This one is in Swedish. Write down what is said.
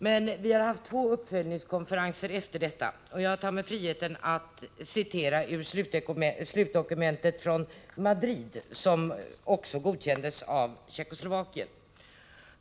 Men vi har haft två uppföljningskonferenser efter Helsingforskonferensen, och jag tar mig friheten att citera ur slutdokumentet från Madrid, som också godkänts av Tjeckoslovakien.